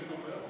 גברתי